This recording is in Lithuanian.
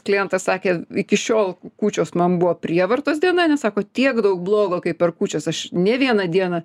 klientas sakė iki šiol kūčios man buvo prievartos diena nes sako tiek daug blogo kaip per kūčias aš nė vieną dieną